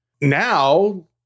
Now